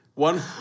one